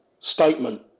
statement